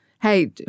Hey